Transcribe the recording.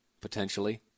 potentially